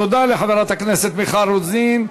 תודה לחברת הכנסת מיכל רוזין.